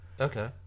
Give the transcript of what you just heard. Okay